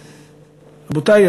רבותי,